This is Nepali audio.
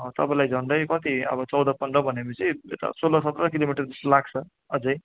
तपाईँलाई झन्डै कति अब चौध पन्ध्र भनेपछि यता सोह्र सत्र किलोमिटर जस्तो लाग्छ अझै